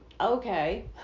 okay